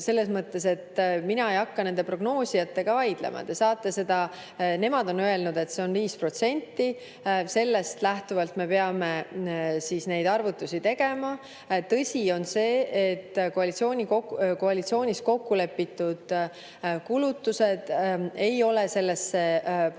Selles mõttes, et mina ei hakka prognoosijatega vaidlema. Nemad on öelnud, et see on 5%, sellest lähtuvalt me peame oma arvutusi tegema. Tõsi on see, et koalitsioonis kokku lepitud kulutused ei ole sellesse prognoosi